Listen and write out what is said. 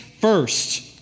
first